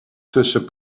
tussen